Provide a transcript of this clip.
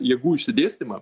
jėgų išsidėstymą